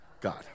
God